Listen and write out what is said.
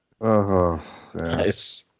Nice